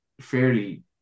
fairly